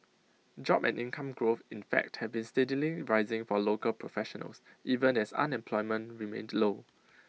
job and income growth in fact have been steadily rising for local professionals even as unemployment remained low